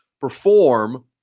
perform